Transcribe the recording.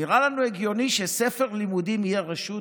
נראה לנו הגיוני שספר לימוד יהיה רשות?